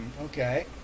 Okay